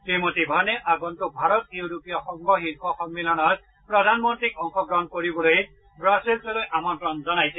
শ্ৰীমতী ভনে আগন্তুক ভাৰত ইউৰোপীয় সংঘ শীৰ্ষ সন্মিলনত প্ৰধানমন্ত্ৰীক অংশগ্ৰহণ কৰিবলৈ ৰুচেললৈ আমন্ত্ৰণ জনাইছে